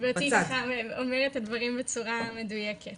גברתי אומרת את הדברים בצורה מדויקת